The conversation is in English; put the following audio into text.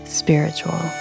spiritual